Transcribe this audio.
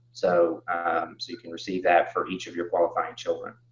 so you can receive that for each of your qualifying children.